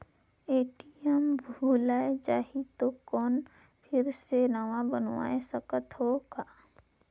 ATM भुलाये जाही तो कौन फिर से नवा बनवाय सकत हो का?